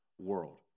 world